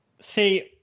See